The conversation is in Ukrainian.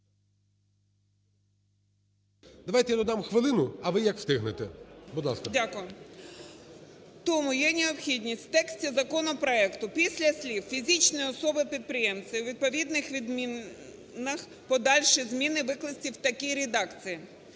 Давайте я додам хвилину, а ви як встигнете. ДЕНІСОВА Л.Л. Дякую. Тому є необхідність в тексті законопроекту після слів "фізичні особи-підприємці" у відповідних відмінах подальші зміни викласти в такій редакції: